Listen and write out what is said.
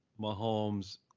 Mahomes